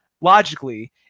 logically